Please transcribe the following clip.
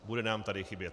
Bude nám tady chybět.